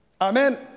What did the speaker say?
Amen